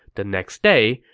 the next day,